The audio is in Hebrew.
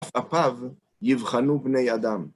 עפעפיו יבחנו בני אדם.